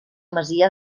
masia